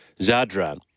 Zadran